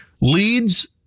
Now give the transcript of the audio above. leads